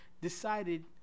decided